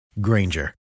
Granger